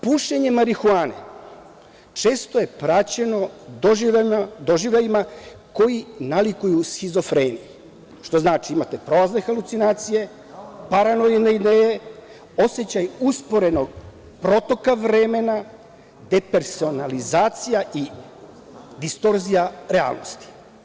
Pušenje marihuane često je praćeno doživljajima koji nalikuju šizofreniji, što znači da imate prolazne halucinacije, paranoidne ideje, osećaj usporenog protoka vremena, depersonalizacija i distorzija realnosti.